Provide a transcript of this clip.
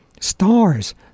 stars